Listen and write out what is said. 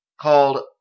called